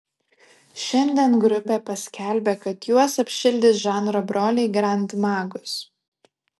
šiandien grupė paskelbė kad juos apšildys žanro broliai grand magus